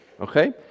Okay